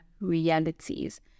realities